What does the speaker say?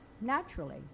naturally